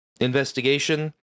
investigation